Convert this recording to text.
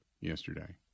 yesterday